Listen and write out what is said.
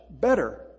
better